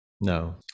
no